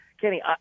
Kenny